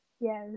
Yes